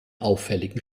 auffälligen